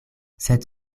sed